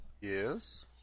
Yes